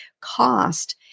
cost